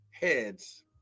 heads